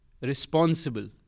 responsible